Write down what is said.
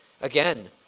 Again